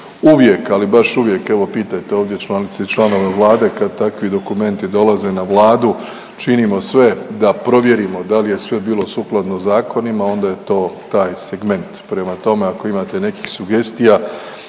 uvijek, ali baš uvijek, evo pitajte ovdje članice i članove Vlade, kad takvi dokumenti dolaze na Vladu činimo sve da provjerimo da li je sve bilo sukladno zakonima, onda je to taj segment. Prema tome, ako imate nekih sugestija,